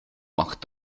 macht